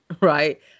Right